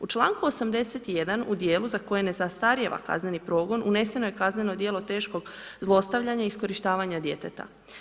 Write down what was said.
U članku 81. u dijelu za koje ne zastarijeva kazneni progon uneseno je kazneno djelo teškog zlostavljanja i iskorištavanja djeteta.